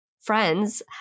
friends